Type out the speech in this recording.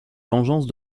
vengeance